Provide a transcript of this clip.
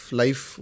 life